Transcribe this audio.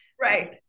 Right